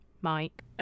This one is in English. Mike